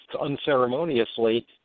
unceremoniously